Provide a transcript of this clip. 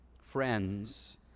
friends